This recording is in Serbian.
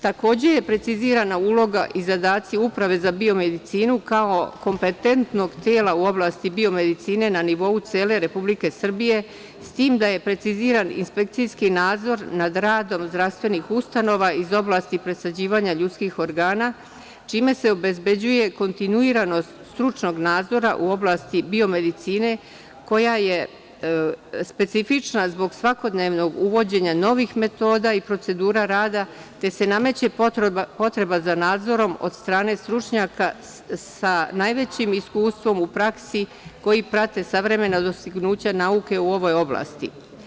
Takođe je precizirana uloga i zadaci Uprave za biomedicinu, kao kompetentnog tela u oblasti biomedicine na nivou cele Republike Srbije, s tim da je preciziran inspekcijski nadzor nad radom zdravstvenih ustanova iz oblasti presađivanja ljudskih organa, čime se obezbeđuje kontinuiranost stručnog nadzora u oblasti biomedicine, koja je specifična zbog svakodnevnog uvođenja novih metoda i procedura rada, te se nameće potreba za nadzorom od strane stručnjaka sa najvećim iskustvom u praksi koji prate savremena dostignuća nauke u ovoj oblasti.